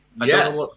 Yes